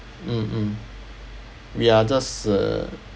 mm mm we are just uh